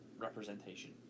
representation